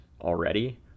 already